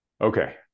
Okay